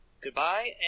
Goodbye